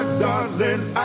darling